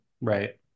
Right